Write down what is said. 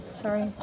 Sorry